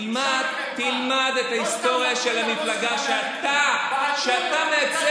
תלמד, תלמד את ההיסטוריה של המפלגה שאתה מייצג.